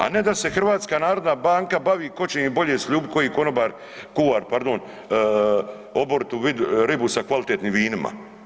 A ne da se HNB bavi ko će im bolje sljubit koji konobar, kuhar pardon, oboritu ribu sa kvalitetnim vinima.